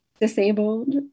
disabled